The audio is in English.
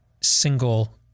single